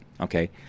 okay